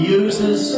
uses